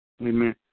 amen